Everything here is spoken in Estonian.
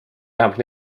vähemalt